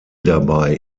dabei